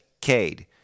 Cade